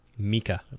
Mika